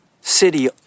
city